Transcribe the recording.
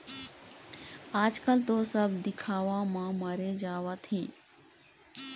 आजकल तो सब दिखावा म मरे जावत हें